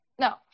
no